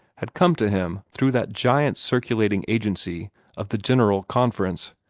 had come to him through that giant circulating agency of the general conference,